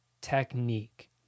technique